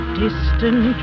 distant